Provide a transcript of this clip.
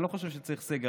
אני לא חושב שצריך סגר.